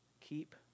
Keep